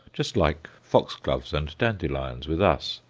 just like foxgloves and dandelions with us.